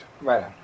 Right